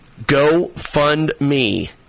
GoFundMe